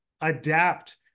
adapt